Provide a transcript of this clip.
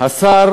גם שר